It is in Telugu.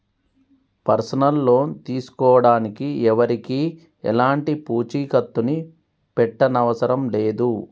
పర్సనల్ లోన్ తీసుకోడానికి ఎవరికీ ఎలాంటి పూచీకత్తుని పెట్టనవసరం లేదు